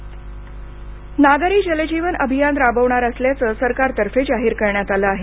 जल जीवन अभियान नागरी जल जीवन अभियान राबवणार असल्याचं सरकारतर्फे जाहीर करण्यात आलं आहे